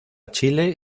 chile